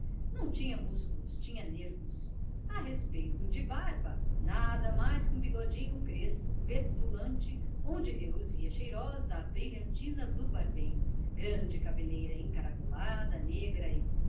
não tinha músculos tinha nervos a respeito de barba nada mais que um bigodinho crespo petulante onde reluzia cheirosa a brilhantina do barbeiro grande cabeleira encaracolada negra e